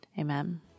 Amen